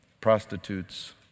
prostitutes